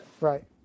Right